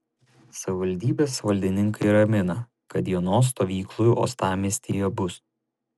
savivaldybės valdininkai ramina kad dienos stovyklų uostamiestyje bus